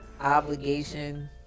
obligation